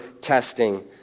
testing